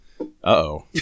Uh-oh